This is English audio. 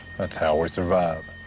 that's how we survive.